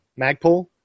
Magpul